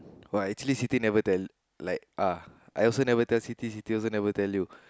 why actually Siti never tell like ah I also never tell Siti Siti also never tell you